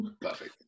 Perfect